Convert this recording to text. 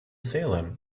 salem